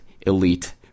elite